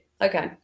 okay